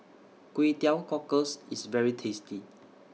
Kway Teow Cockles IS very tasty